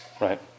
right